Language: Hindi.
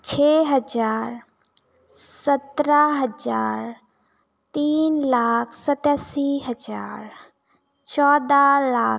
छः हज़ार सत्रह हज़ार तीन लाख सतासी हज़ार चौदह लाख